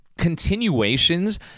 Continuations